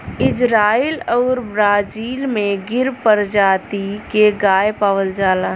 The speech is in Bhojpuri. इजराइल आउर ब्राजील में गिर परजाती के गाय पावल जाला